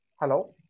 Hello